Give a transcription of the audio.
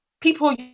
people